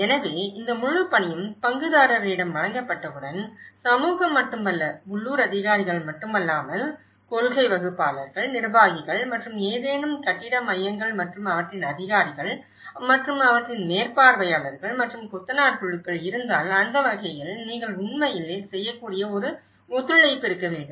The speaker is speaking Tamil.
எனவே இந்த முழு பணியும் பங்குதாரரிடம் வழங்கப்பட்டவுடன் சமூகம் மட்டுமல்ல உள்ளூர் அதிகாரிகள் மட்டுமல்லாமல் கொள்கை வகுப்பாளர்கள் நிர்வாகிகள் மற்றும் ஏதேனும் கட்டிட மையங்கள் மற்றும் அவற்றின் அதிகாரிகள் மற்றும் அவற்றின் மேற்பார்வையாளர்கள் மற்றும் கொத்தனார் குழுக்கள் இருந்தால் அந்த வகையில் நீங்கள் உண்மையில் செய்யக்கூடிய ஒரு ஒத்துழைப்பு இருக்க வேண்டும்